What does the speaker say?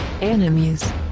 enemies